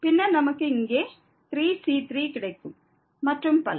பின்னர் நமக்கு இங்கே 3c3 கிடைக்கும் மற்றும் பல